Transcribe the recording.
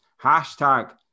hashtag